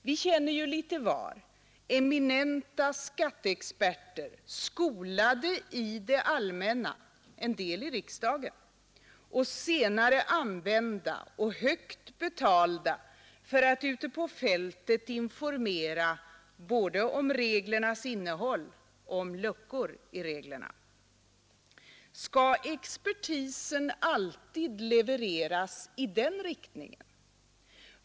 Vi känner ju litet var eminenta skatteexperter, skolade i det allmänna — en del i riksdagen — och senare använda och högt betalda för att ute på fältet informera både om reglernas innehåll och om luckor i reglerna. Skall expertisen alltid levereras i den riktningen?